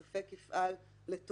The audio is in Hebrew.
הספק יפעל לטובתו.